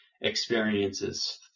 experiences